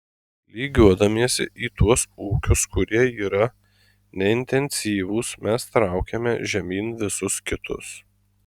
lygiuodamiesi į tuos ūkius kurie yra neintensyvūs mes traukiame žemyn visus kitus